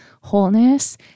wholeness